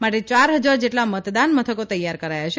માટે ચાર હજાર જેટલાં મતદાન મથકો તૈયાર કરાયાં છે